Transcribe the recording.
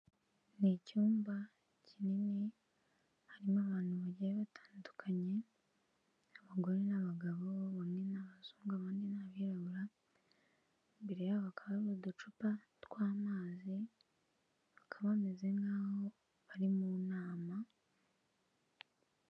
Ni icyumba kinini, harimo abantu bagiye batandukanye, abagore n'abagabo bamwe ni abazungu abandi ni abirabura, imbere yabo hakaba hari uducupa tw'amazi, bakaba bameze nk'aho bari mu nama.